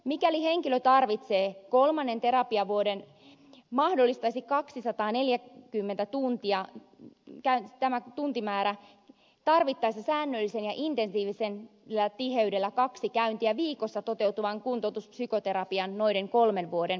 mikäli henkilö tarvitsee kolmannen terapiavuoden mahdollistaisi kaksisataaneljä kymmentä tuntia enkä edes tämä tuntimäärä tarvittaessa säännöllisellä ja intensiivisellä tiheydellä kaksi käyntiä viikossa toteutuvan kuntoutuspsykoterapian noiden kolmen vuoden aikana